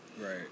Right